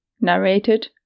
Narrated